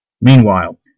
Meanwhile